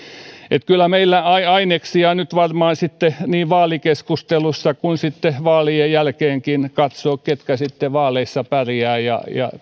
kyllä meillä aineksia nyt varmaan on niin vaalikeskusteluihin kuin sitten vaalien jälkeenkin katsotaan ketkä sitten vaaleissa pärjäävät ja